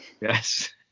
Yes